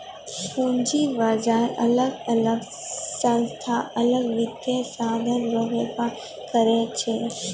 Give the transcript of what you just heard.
पूंजी बाजार अलग अलग संस्था अलग वित्तीय साधन रो व्यापार करै छै